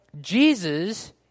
Jesus